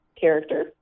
character